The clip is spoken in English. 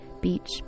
beach